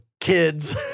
kids